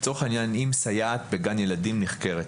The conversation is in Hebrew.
אם סייעת בגן ילדים נחקרת,